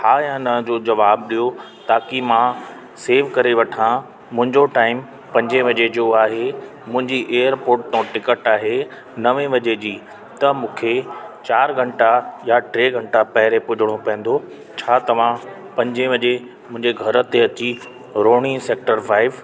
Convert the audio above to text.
हा या न जो जवाबु ॾेयो ताकी मां सेव करे वठा मुंहिंजो टाइम पंजे वगे जो आहे मुंहिंजे एयरपॉट तां टिकट आहे नवे वजे जी त मुखे चारि घंटा या टे घंटा पहिरियों पुजणो पवंदो छा तव्हां पंजे वजे मुंहिंजे घर जे अची रोहिणी सेक्टर फाइव